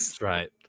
Right